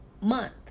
month